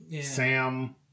Sam